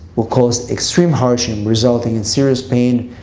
will cause extreme hardship resulting in serious pain,